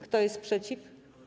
Kto jest przeciw?